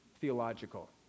theological